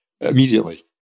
immediately